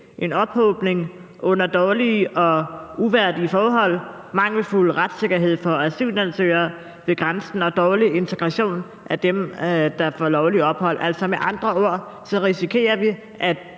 en ophobning under dårlige og uværdige forhold, mangelfuld retssikkerhed for asylansøgere ved grænsen og dårlig integration af dem, der får lovligt ophold. Altså, med andre ord risikerer vi, at